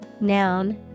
Noun